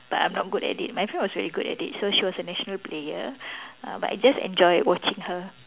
but I'm not good at it my friend was very good at it so she was a national national player uh but I just enjoy watching her